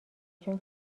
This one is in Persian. چون